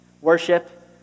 Worship